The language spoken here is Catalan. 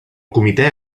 comitè